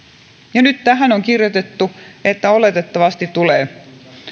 ja nyt tähän on kirjoitettu että oletettavasti tulee